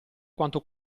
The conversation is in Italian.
quanto